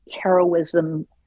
heroism